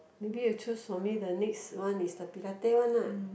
maybe you choose for me the next one is the Pilate one lah